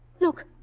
Look